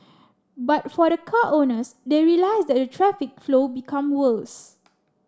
but for the car owners they realised that a traffic flow became worse